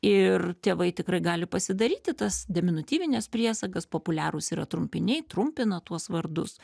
ir tėvai tikrai gali pasidaryti tas deminutyvines priesagas populiarūs yra trumpiniai trumpina tuos vardus